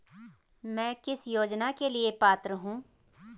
मैं किस योजना के लिए पात्र हूँ?